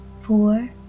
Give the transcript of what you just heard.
four